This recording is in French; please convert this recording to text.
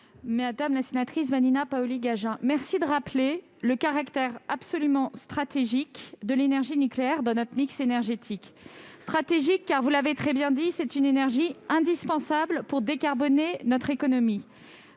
Madame la sénatrice Paoli-Gagin, merci de rappeler le caractère absolument stratégique de l'énergie nucléaire dans notre mix énergétique. Cette énergie est stratégique, car, vous l'avez très bien dit, c'est une énergie indispensable pour décarboner notre économie.